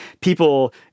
people